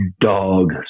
dog